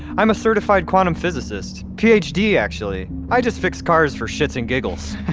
i'm a certified quantum physicist ph. d. actually. i just fix cars for shits and giggles